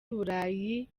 burayi